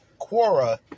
Quora